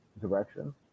direction